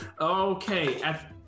Okay